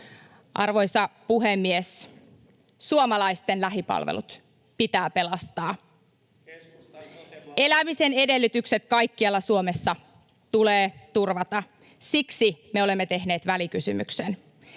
Arvoisa puhemies! Suomalaisten lähipalvelut pitää pelastaa. [Ben Zyskowicz: Keskustan sote-mallilla!] Elämisen edellytykset kaikkialla Suomessa tulee turvata. Siksi me olemme tehneet välikysymyksen.